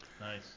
Nice